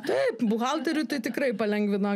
taip buhalteriui tai tikrai palengvina